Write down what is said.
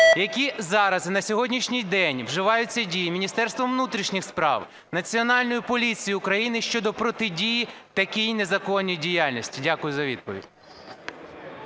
Які зараз і на сьогоднішній день вживаються дії Міністерством внутрішніх справ, Національної поліції України щодо протидії такій незаконній діяльності? Дякую за відповідь.